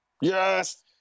Yes